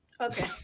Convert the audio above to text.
okay